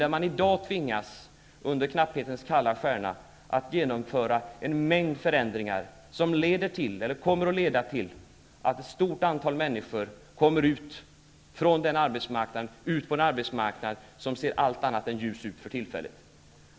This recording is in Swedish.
I dag tvingas man, under knapphetens kalla stjärna, att genomföra en mängd förändringar, som leder till att ett stort antal människor kommer ut på en arbetsmarknad som ser allt annat än ljus ut för tillfället.